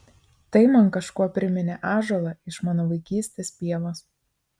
tai man kažkuo priminė ąžuolą iš mano vaikystės pievos